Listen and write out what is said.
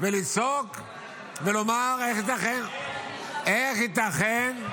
וצועקים ואומרים: איך ייתכן?